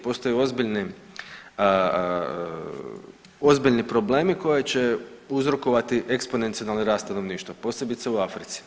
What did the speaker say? Postoji, postoje ozbiljni problemi koje će uzrokovati eksponencijalni rast stanovništva, posebice u Africi.